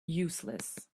useless